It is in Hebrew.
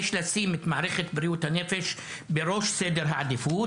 יש לשים את מערכת בריאות הנפש בראש סדר העדיפות.